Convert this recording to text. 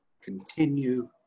Continue